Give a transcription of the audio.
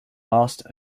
last